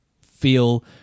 feel